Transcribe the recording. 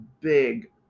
big